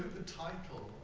the title